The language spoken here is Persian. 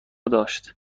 داشت